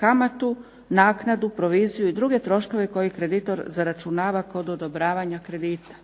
kamatu, naknadu, proviziju i druge troškove koje kreditor zaračunava kod odobravanja kredita.